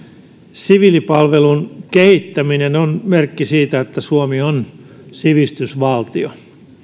siviilipalvelun kehittäminen on merkki siitä että suomi on sivistysvaltio